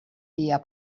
dia